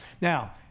Now